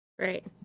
Right